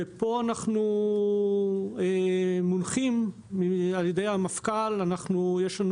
אנחנו מונחים על ידי המפכ"ל ויש לנו